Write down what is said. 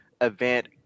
event